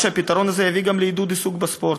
הפתרון הזה יביא גם לעידוד העיסוק בספורט